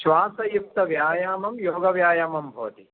श्वासयुक्तव्यायामः योगव्यायामः भवति